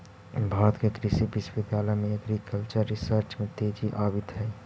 भारत के कृषि विश्वविद्यालय में एग्रीकल्चरल रिसर्च में तेजी आवित हइ